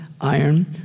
iron